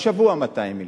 השבוע 200 מיליון,